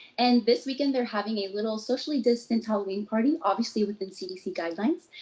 and this weekend, they're having a little socially distanced halloween party, obviously within cdc guidelines.